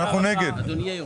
תודה רבה.